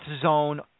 Zone